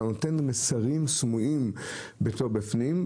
אתה נותן מסרים סמויים בפנים,